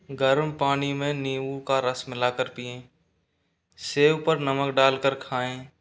गर्म पानी में नींबू का रस मिलाकर पियें सेव पर नमक डालकर खाएं